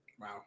Wow